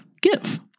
give